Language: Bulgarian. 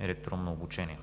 електронно обучение.